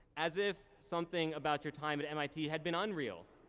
as if something about your time at mit had been unreal,